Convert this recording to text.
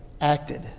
acted